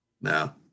No